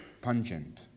Pungent